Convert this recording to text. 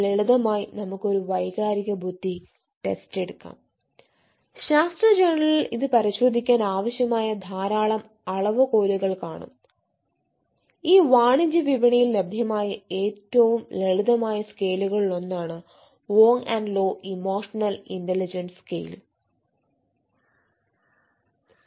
ലളിതമായി നമുക്ക് ഒരു വൈകാരിക ബുദ്ധി ടെസ്റ്റ് എടുക്കാം ശാസ്ത്ര ജേണലിൽ ഇത് പരിശോധിക്കാൻ ആവശ്യമായ ധാരാളം അളവുകോലുകൾ കാണും ഈ വാണിജ്യ വിപണിയിൽ ലഭ്യമായ ഏറ്റവും ലളിതമായ സ്കെയിലുകളിലൊന്നാണ് Wong and Law emotional intelligence scale Wong and Law Emotional Intelligence Scale